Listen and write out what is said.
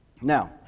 Now